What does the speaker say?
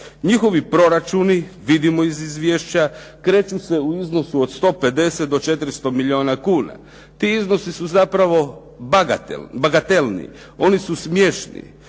Njihovi proračuni vidimo iz izvješća, kreću se u iznosu od 150 do 400 milijuna kuna. ti iznosi su zapravo bagatelni. Oni su smiješni.